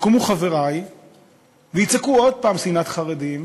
חברי ויצעקו עוד פעם: שנאת חרדים,